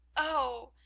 oh,